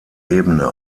ebene